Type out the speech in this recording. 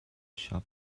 shop